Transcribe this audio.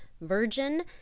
virgin